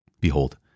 Behold